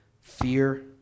Fear